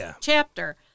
chapter